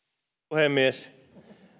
puhemies